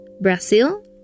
Brazil